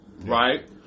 right